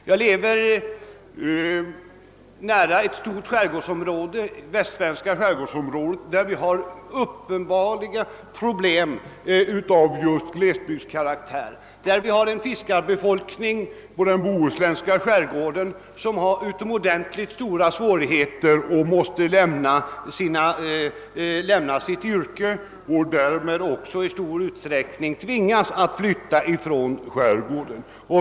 Jag bor nära ett stort skärgårdsområde — det västsvenska skärgårdsområdet — där det förekommer uppenbara problem av just glesbygdskaraktär. I den bohuslänska skärgården har vi en fiskarbefolkning som har utomordentligt stora svårigheter och som måste lämna sitt yrke och därmed också i stor utsträckning tvingas att flytta från skärgården.